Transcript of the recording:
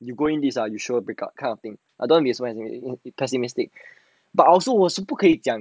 you go into this ah you sure break up kind of thing I don't be so as you in it because 那些 mistake but also 我是不可以讲